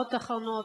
בתופעות האחרונות,